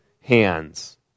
hands